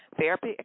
therapy